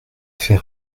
fait